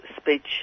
speech